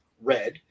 red